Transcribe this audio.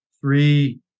three